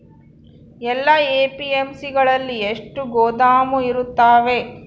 ಎಲ್ಲಾ ಎ.ಪಿ.ಎಮ್.ಸಿ ಗಳಲ್ಲಿ ಎಷ್ಟು ಗೋದಾಮು ಇರುತ್ತವೆ?